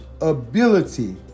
ability